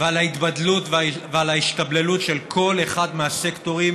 ועל ההתבדלות ועל ההשתבללות של כל אחד מהסקטורים